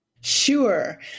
Sure